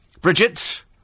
Bridget